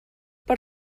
per